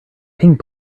ping